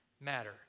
matter